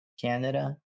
Canada